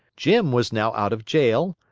jim was now out of jail,